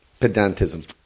pedantism